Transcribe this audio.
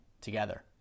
together